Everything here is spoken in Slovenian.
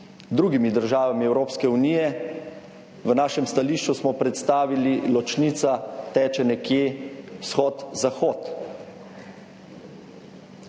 drugimi državami Evropske unije. V našem stališču smo predstavili, ločnica teče nekje vzhod – zahod.